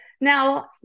Now